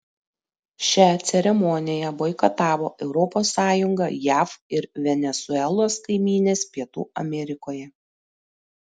šią ceremoniją boikotavo europos sąjunga jav ir venesuelos kaimynės pietų amerikoje